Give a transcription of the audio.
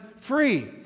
free